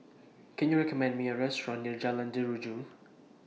Can YOU recommend Me A Restaurant near Jalan Jeruju